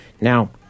Now